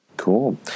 Cool